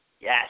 yes